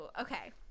Okay